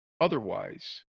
otherwise